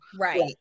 Right